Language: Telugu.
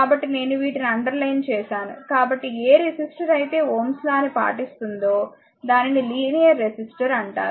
కాబట్టి నేను వీటిని అండర్లైన్ చేసాను కాబట్టి ఏ రెసిస్టర్ అయితే Ω's లాΩ's lawని పాటిస్తుందో దానిని లీనియర్ రెసిస్టర్ అంటారు